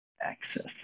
access